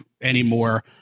anymore